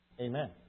Amen